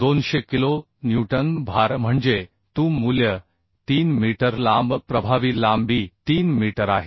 200 kilo newton भार म्हणजे Tu मूल्य 3 मीटर लांब प्रभावी लांबी 3 मीटर आहे